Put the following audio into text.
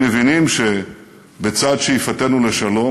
הם מבינים שבצד שאיפתנו לשלום,